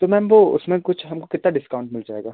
तो मैम वो उसमें कुछ हमको कितना डिस्काउंट मिल जाएगा